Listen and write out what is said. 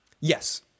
Yes